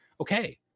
Okay